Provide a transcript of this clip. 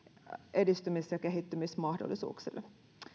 edistymis ja kehittymismahdollisuuksiin